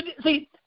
See